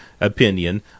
opinion